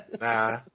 Nah